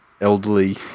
elderly